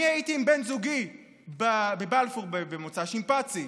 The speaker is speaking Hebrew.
אני הייתי עם בן זוגי בבלפור במוצ"ש, עם פצי.